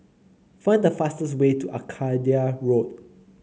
find the fastest way to Arcadia Road